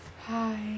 Hi